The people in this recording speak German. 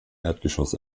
erdgeschoss